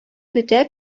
көтә